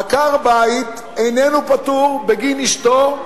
עקר-בית איננו פטור בגין אשתו,